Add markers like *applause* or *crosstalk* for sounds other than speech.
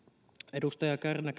edustaja kärnä *unintelligible*